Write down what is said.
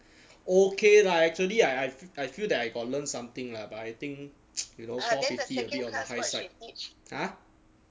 okay lah actually I I f~ I feel that I got learn something lah but I think it's also pretty a bit on the high side !huh!